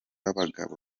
abagabo